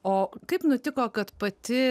o kaip nutiko kad pati